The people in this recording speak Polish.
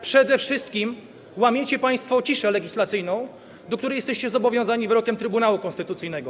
Przede wszystkim łamiecie państwo ciszę legislacyjną, do której przestrzegania jesteście zobowiązani wyrokiem Trybunału Konstytucyjnego.